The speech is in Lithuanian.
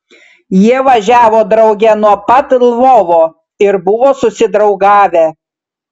jie važiavo drauge nuo pat lvovo ir buvo susidraugavę